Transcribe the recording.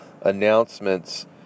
announcements